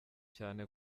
cyane